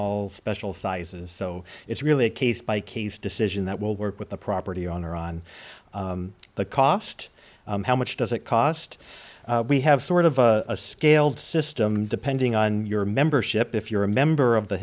all special sizes so it's really a case by case decision that will work with the property owner on the cost how much does it cost we have sort of a scaled system depending on your membership if you're a member of the